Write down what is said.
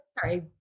Sorry